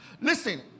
Listen